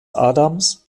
adams